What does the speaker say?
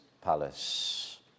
palace